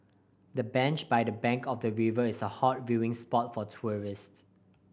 the bench by the bank of the river is a hot viewing spot for tourists